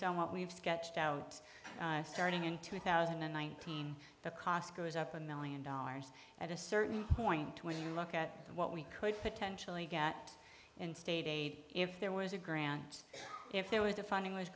on what we have sketched out starting in two thousand and nineteen the cost goes up a million dollars at a certain point when you look at what we could potentially get in state aid if there was a grant if there was the funding was